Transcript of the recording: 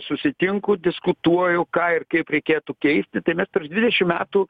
susitinku diskutuoju ką ir kaip reikėtų keisti tai mes prieš dvidešim metų